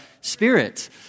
Spirit